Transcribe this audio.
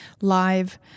live